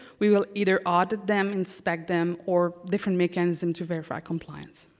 we will either audit them, inspect them, or different mechanisms to verify compliance.